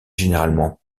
généralement